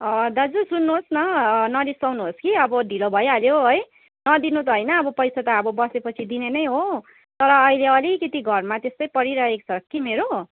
दाजु सुन्नुहोस् न नरिसाउनुहोस् कि अब ढिलो भाइहाल्यो है नदिनु त होइन अब पैसा त अब बसेपछि दिने नै हो तर अहिले अलिकति घरमा त्यस्तै परिरहेको छ कि मेरो